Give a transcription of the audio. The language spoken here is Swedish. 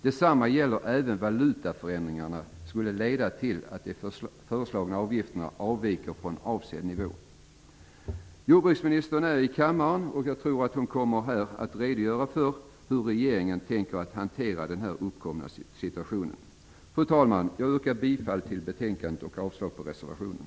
Detsamma gäller om valutaförändringar skulle leda till att de föreslagna avgifterna avviker från avsedd nivå." Jordbruksministern är i kammaren, och jag tror att hon kommer att redogöra för hur regeringen tänker hantera den uppkomna situationen. Fru talman! Jag yrkar bifall till hemställan i betänkandet och avslag på reservationen.